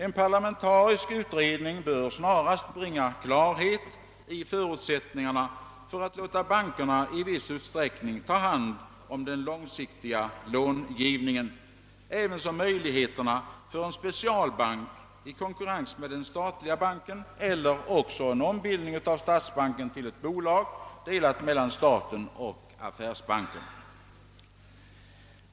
En parlamentarisk utredning bör snarast bringa klarhet i förutsättningarna för att låta bankerna i viss utsträckning ta hand om den långsiktiga långivningen och även bringa klarhet i möjligheterna för inrättandet av en specialbank i konkurrens med den statliga banken eller ombildning av statsbanken till ett bolag, delat mellan staten och affärsbankerna.